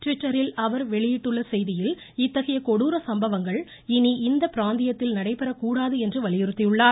ட்விட்டரில் அவர் வெளியிட்டுள்ள செய்தியில் இத்தகைய கொடூர சம்பவங்கள் இனி இந்த பிராந்தியத்தில் நடைபெறக் கூடாது என வலியுறுத்தினார்